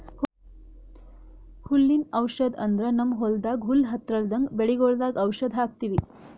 ಹುಲ್ಲಿನ್ ಔಷಧ್ ಅಂದ್ರ ನಮ್ಮ್ ಹೊಲ್ದಾಗ ಹುಲ್ಲ್ ಹತ್ತಲ್ರದಂಗ್ ಬೆಳಿಗೊಳ್ದಾಗ್ ಔಷಧ್ ಹಾಕ್ತಿವಿ